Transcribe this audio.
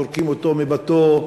זורקים אותו מביתו,